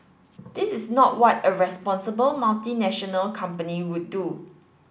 this is not what a responsible multinational company would do